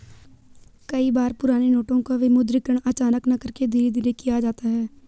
कई बार पुराने नोटों का विमुद्रीकरण अचानक न करके धीरे धीरे किया जाता है